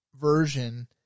version